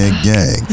gang